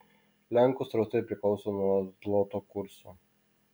lenkų srautai priklauso nuo zloto kurso